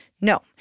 No